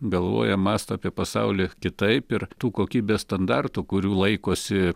galvoja mąsto apie pasaulį kitaip ir tų kokybės standartų kurių laikosi